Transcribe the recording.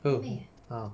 oh ah